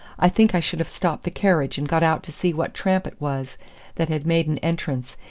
i think i should have stopped the carriage and got out to see what tramp it was that had made an entrance,